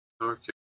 Okay